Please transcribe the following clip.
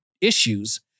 issues